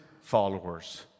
followers